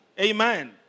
Amen